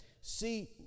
See